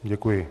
Děkuji.